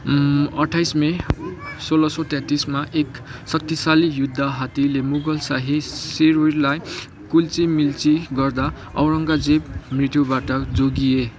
अट्ठाइस मे सोह्र सय तेत्तिसमा एक शक्तिशाली युद्ध हात्तीले मुगल शाही शिविरलाई कुल्चिमिल्ची गर्दा औरङ्गजेब मृत्युबाट जोगिए